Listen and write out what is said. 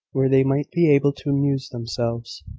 where they might be able to amuse themselves.